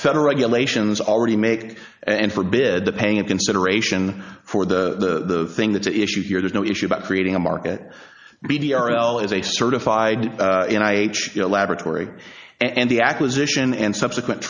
federal regulations already make and forbid the paying of consideration for the thing that's at issue here there's no issue about creating a market b d r l is a certified and i laboratory and the acquisition and subsequent